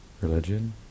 religion